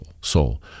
soul